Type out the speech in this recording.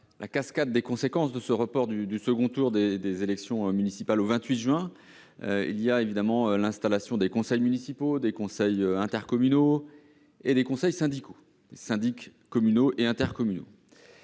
la cascade de conséquences du report au 28 juin du second tour des élections municipales, il y a évidemment l'installation des conseils municipaux, des conseils intercommunaux et des conseils syndicaux- syndics communaux et intercommunaux.